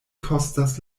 kostas